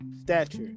stature